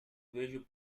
vejo